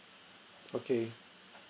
okay